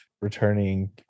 returning